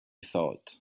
thought